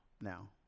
now